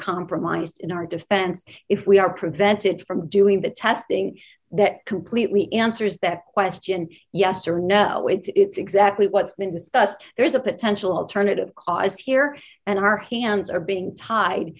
compromised in our defense if we are prevented from doing the testing that completely answers that question yes or no it's exactly what's been discussed there is a potential alternative cause here and our hands are being tied